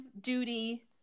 duty